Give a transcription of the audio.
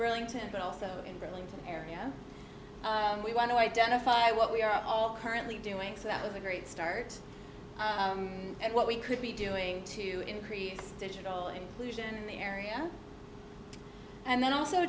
burlington but also in burlington area we want to identify what we are all currently doing so that was a great start and what we could be doing to increase digital inclusion in the area and then also